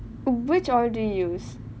which already use